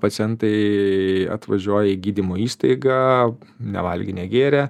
pacientai atvažiuoja į gydymo įstaigą nevalgę negėrę